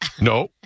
No